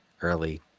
early